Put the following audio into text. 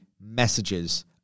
messages